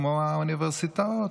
כמו האוניברסיטאות.